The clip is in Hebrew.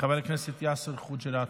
חבר הכנסת יאסר חוג'יראת,